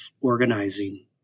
organizing